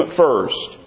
first